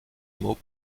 mot